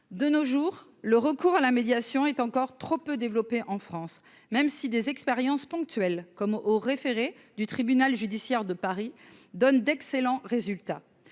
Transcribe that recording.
de nos jours le recours à la médiation est encore trop peu développée en France, même si des expériences ponctuelles comme au référé du tribunal judiciaire de Paris donne d'excellents résultats,